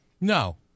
No